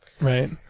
Right